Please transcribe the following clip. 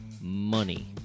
money